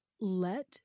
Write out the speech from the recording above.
let